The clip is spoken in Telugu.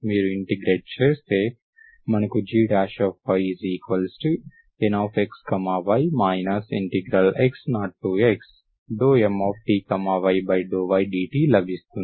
మీరు ఇంటిగ్రేట్ చేస్తే మనకు gyNxy x0xMty∂y dt లభిస్తుంది